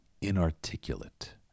inarticulate